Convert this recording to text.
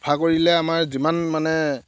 চাফা কৰিলে আমাৰ যিমান মানে